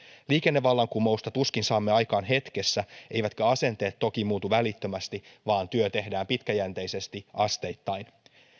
liikennevallankumousta tuskin saamme aikaan hetkessä eivätkä asenteet toki muutu välittömästi vaan työ tehdään pitkäjänteisesti asteittain